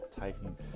taking